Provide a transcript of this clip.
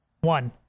One